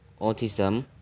autism